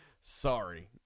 sorry